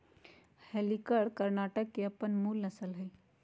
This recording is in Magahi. हल्लीकर कर्णाटक के अप्पन मूल नसल हइ